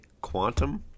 quantum